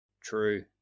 True